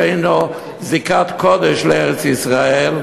שאין לו זיקת קודש לארץ-ישראל,